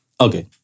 Okay